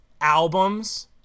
albums